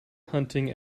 hunting